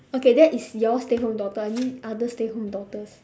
okay that is your stay home daughter I mean other stay home daughters